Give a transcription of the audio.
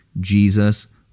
Jesus